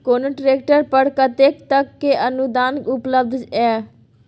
कोनो ट्रैक्टर पर कतेक तक के अनुदान उपलब्ध ये?